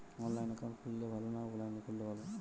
অনলাইনে একাউন্ট খুললে ভালো না অফলাইনে খুললে ভালো?